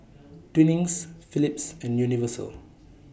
Twinings Philips and Universal